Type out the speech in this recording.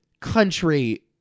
country